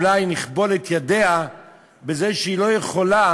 אולי נכבול את ידיה בזה שהיא לא יכולה